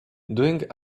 doing